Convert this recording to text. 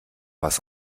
was